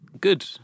Good